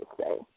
say